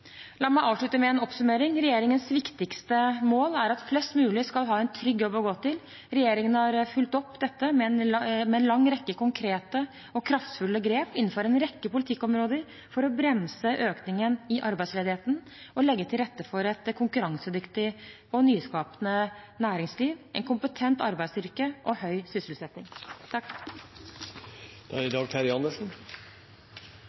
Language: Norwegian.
La meg avslutte med en oppsummering: Regjeringens viktigste mål er at flest mulig skal ha en trygg jobb å gå til. Regjeringen har fulgt opp dette med en lang rekke konkrete og kraftfulle grep innenfor en rekke politikkområder – for å bremse økningen i arbeidsledigheten og legge til rette for et konkurransedyktig og nyskapende næringsliv, en kompetent arbeidsstyrke og høy sysselsetting. Takk